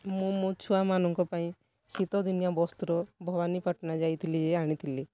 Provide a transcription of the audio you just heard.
ମୁଁ ମୋ ଛୁଆମାନଙ୍କ ପାଇଁ ଶୀତଦିନିଆ ବସ୍ତ୍ର ଭବାନୀପାଟଣା ଯାଇଥିଲି ଆଣିଥିଲି